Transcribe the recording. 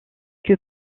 que